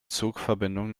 zugverbindungen